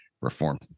reform